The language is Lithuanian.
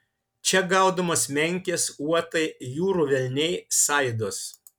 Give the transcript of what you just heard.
čia gaudomos menkės uotai jūrų velniai saidos